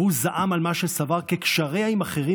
והוא זעם על מה שסבר כקשריה עם אחרים,